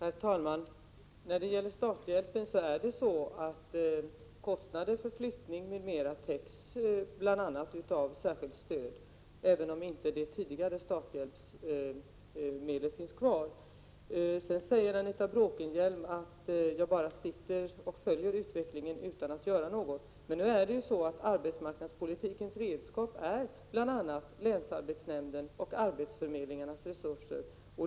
Herr talman! När det gäller starthjälpen täcks kostnader för exempelvis flyttning bl.a. av särskilt stöd, även om det tidigare starthjälpsmedlet inte finns kvar. Anita Bråkenhielm säger att jag bara följer utvecklingen utan att göra något. Men arbetsmarknadspolitikens redskap är ju bl.a. länsarbetsnämnden och arbetsförmedlingarnas resurser.